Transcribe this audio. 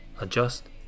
adjust